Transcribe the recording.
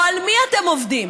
או על מי אתם עובדים?